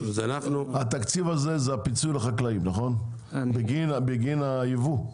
התקציב הזה זה הפיצוי לחקלאים בגין היבוא?